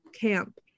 camp